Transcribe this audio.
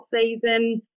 season